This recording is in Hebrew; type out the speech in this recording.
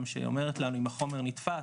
שאומרת לנו אם החומר נתפס,